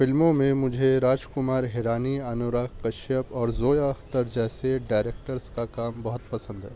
فلموں میں مجھے راج کمار ہرانی انوراگ کشیپ اور زویا اختر جیسے ڈائریکٹرس کا کام بہت پسند ہے